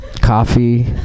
coffee